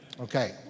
Okay